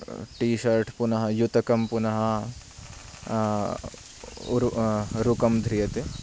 T-shirt पुनः युतकं पुनः उरुकं ध्रियते